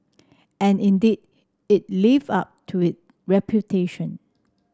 and indeed it live up to it reputation